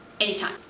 anytime